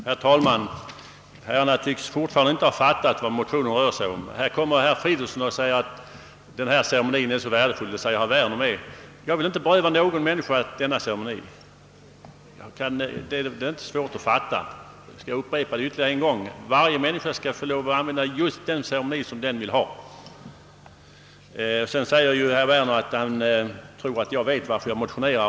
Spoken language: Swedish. Herr talman! Herrarna tycks fortfarande inte ha fattat vad motionen rör sig om. Här säger både herr Fridolfsson i Stockholm och herr Werner, att vigselceremonien är så värdefull. Men jag vill inte beröva någon människa denna ceremoni. Är det svårt att fatta vad jag menar, skall jag upprepa, att jag anser att varje människa bör få välja just den ceremoni som hon vill ha. Herr Werner säger att han nog vet varför jag motionerar.